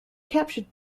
captured